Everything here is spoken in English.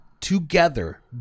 together